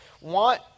want